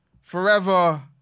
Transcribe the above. forever